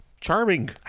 Charming